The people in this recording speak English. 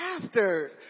pastors